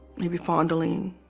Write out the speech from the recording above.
maybe fondling